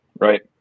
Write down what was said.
Right